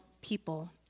people